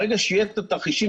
ברגע שיהיה את התרחישים,